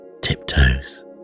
tiptoes